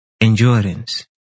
endurance